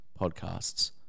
podcasts